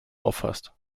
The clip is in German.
auffasst